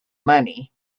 money